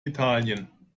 italien